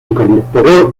incorporó